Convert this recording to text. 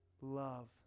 love